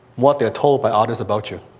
what they're told by others about you.